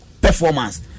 performance